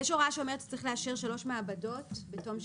יש הוראה שצריך לאשר שלוש מעבדות בתום שנה.